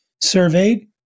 surveyed